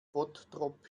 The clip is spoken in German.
bottrop